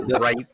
right